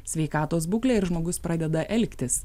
sveikatos būklę ir žmogus pradeda elgtis